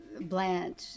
Blanche